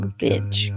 bitch